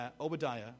Obadiah